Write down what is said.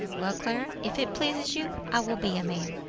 well, clara, if it pleases you, i will be a man.